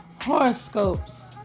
horoscopes